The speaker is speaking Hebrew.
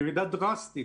ירידה דרסטית.